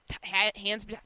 hands